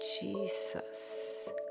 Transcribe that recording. Jesus